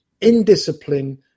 indiscipline